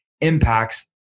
impacts